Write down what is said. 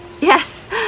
Yes